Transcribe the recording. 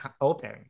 open